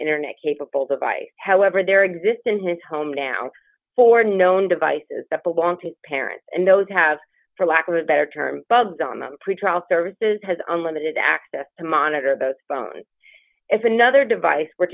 internet capable device however there exist in his home now for known devices that belong to parents and those have for lack of a better term bubs on the pretrial services has unlimited access to monitor the phone if another device were